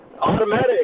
automatic